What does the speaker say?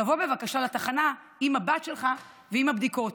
תבוא בבקשה לתחנה עם הבת שלך ועם הבדיקות.